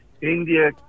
India